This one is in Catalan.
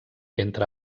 entre